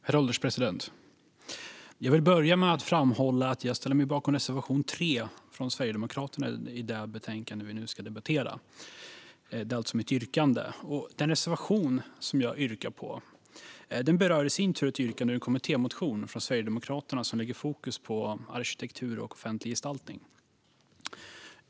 Herr ålderspresident! Jag vill börja med att framhålla att jag ställer mig bakom reservation 3 från Sverigedemokraterna i det betänkande vi nu ska debattera. Det är alltså mitt yrkande. Den reservation som jag yrkar på berör i sin tur ett yrkande ur en kommittémotion från Sverigedemokraterna som lägger fokus på arkitektur och offentlig gestaltning.